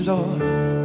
Lord